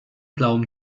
glauben